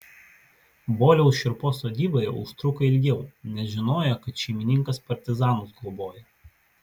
boliaus šriupšos sodyboje užtruko ilgiau nes žinojo kad šeimininkas partizanus globoja